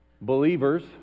believers